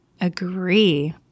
Agree